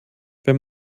wenn